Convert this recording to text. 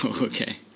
okay